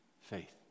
faith